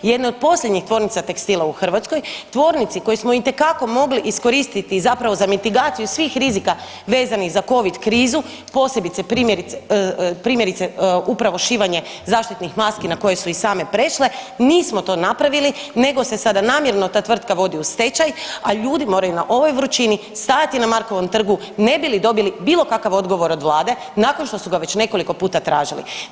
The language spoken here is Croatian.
Jedne od posljednjih tvornica tekstila u Hrvatskoj, tvornici koju smo itekako mogli iskoristiti zapravo za mitigaciju svih rizika vezanih za Covid krizu, posebice primjerice upravo šivanje zaštitnih maski na koje su i same prešle, nismo to napravili nego se sada namjerno ta tvrtka vodi u stečaj, a ljudi moraju na ovoj vrućini stajati na Markovom trgu ne bi li dobili bilo kakav odgovor od Vlade nakon što su ga već nekoliko puta tražili.